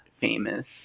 famous